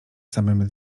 samym